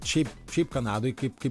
šiaip šiaip kanadoj kaip kaip